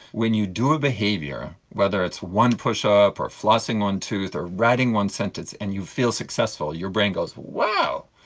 when you do a behaviour, whether it's one push-up or flossing one tooth or writing one sentence, and you feel successful, your brain goes, wow,